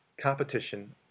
competition